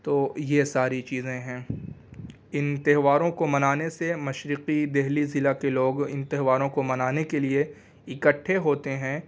تو یہ ساری چیزیں ہیں ان تہواروں کو منانے سے مشرقی دہلی ضلع کے لوگ ان تہواروں کو منانے کے لیے اکٹھے ہوتے ہیں